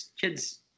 kids